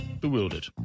bewildered